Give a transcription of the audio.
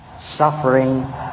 suffering